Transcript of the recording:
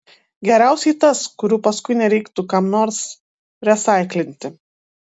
geriausiai tas kurių paskui nereiktų kam nors resaiklinti